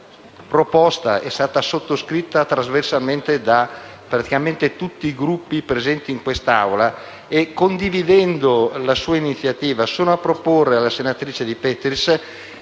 tale proposta è stata sottoscritta trasversalmente da praticamente tutti i Gruppi presenti in quest’Aula e condividendo la sua iniziativa, sono a proporre alla senatrice De Petris